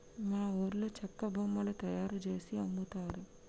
మా ఊర్లో చెక్క బొమ్మలు తయారుజేసి అమ్ముతారు